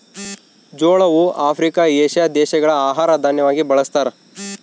ಜೋಳವು Africa, Asia ದೇಶಗಳ ಆಹಾರ ದಾನ್ಯವಾಗಿ ಬಳಸ್ತಾರ